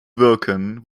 wirken